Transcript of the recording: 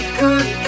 good